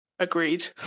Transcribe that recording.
Agreed